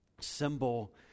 symbol